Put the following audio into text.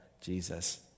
Jesus